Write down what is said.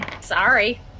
Sorry